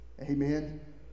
Amen